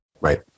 Right